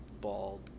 bald